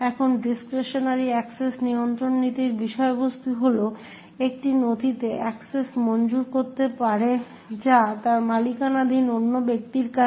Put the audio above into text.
এখন discretionary access নিয়ন্ত্রণ নীতির বিষয়বস্তু হল একটি নথিতে অ্যাক্সেস মঞ্জুর করতে পারে যা তার মালিকানাধীন অন্য ব্যক্তির কাছে